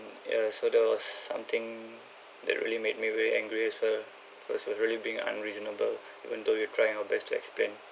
ya so that was something that really made me very angry as well cause he was really being unreasonable even though you're trying our best to explain